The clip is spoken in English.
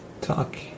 talk